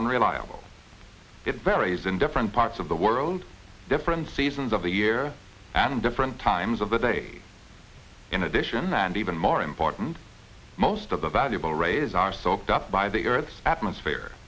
unreliable it varies in different parts of the world different seasons of the year and different times of the day in addition and even more important most of the valuable rays are soaked up by the earth's atmosphere